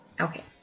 Okay